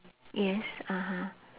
yes (uh huh)